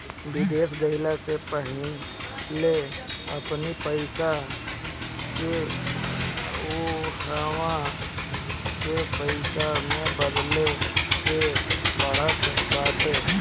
विदेश गईला से पहिले अपनी पईसा के उहवा के पईसा में बदले के पड़त बाटे